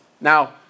Now